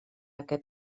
aquest